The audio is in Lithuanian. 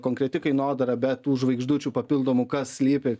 konkreti kainodara be tų žvaigždučių papildomų kas slypi